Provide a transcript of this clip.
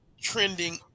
trending